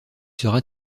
sera